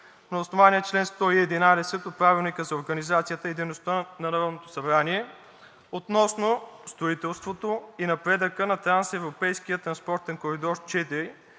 на основание чл. 111 от Правилника за организацията и дейността на Народното събрание относно строителството и напредъка на трансевропейския транспортен коридор 4